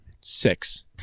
Six